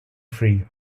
free